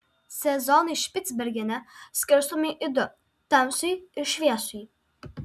sezonai špicbergene skirstomi į du tamsųjį ir šviesųjį